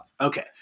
okay